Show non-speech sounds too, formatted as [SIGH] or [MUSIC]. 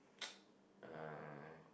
[NOISE] uh